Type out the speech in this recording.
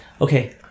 Okay